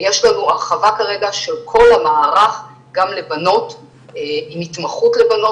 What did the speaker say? ויש לנו הרחבה כרגע של כל המערך גם לבנות עם התמחות לבנות